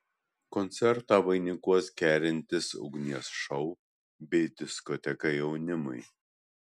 koncertą vainikuos kerintis ugnies šou bei diskoteka jaunimui